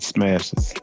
Smashes